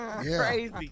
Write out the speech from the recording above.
Crazy